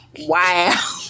Wow